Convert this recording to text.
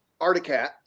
Articat